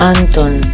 Anton